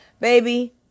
Baby